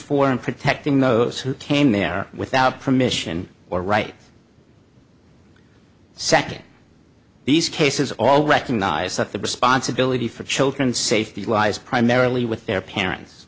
him protecting those who came there without permission or right second these cases all recognize that the responsibility for children safety lies primarily with their parents